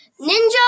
ninja